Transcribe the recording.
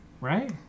right